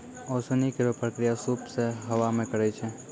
ओसौनी केरो प्रक्रिया सूप सें हवा मे करै छै